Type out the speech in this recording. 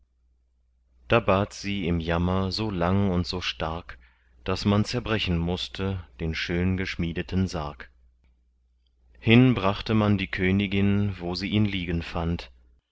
da bat sie im jammer so lang und so stark daß man zerbrechen mußte den schön geschmiedeten sarg hin brachte man die königin wo sie ihn liegen fand